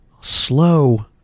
slow